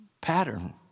pattern